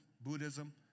Buddhism